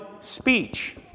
speech